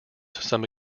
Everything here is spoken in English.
some